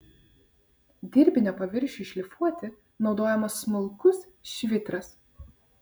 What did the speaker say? dirbinio paviršiui šlifuoti naudojamas smulkus švitras